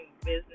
business